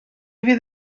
fydd